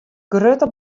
grutte